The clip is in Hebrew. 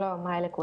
שלום, היי לכולם.